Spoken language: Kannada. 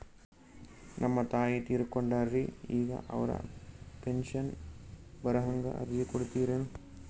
ನಮ್ ತಾಯಿ ತೀರಕೊಂಡಾರ್ರಿ ಈಗ ಅವ್ರ ಪೆಂಶನ್ ಬರಹಂಗ ಅರ್ಜಿ ಕೊಡತೀರೆನು?